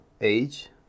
age